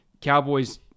Cowboys